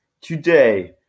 Today